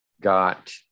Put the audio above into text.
got